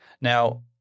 Now